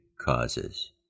causes